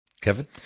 Kevin